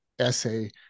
essay